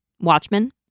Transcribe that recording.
Watchmen